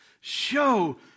show